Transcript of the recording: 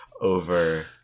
over